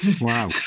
Wow